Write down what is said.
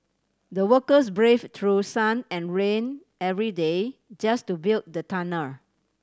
the workers brave through sun and rain every day just to build the tunnel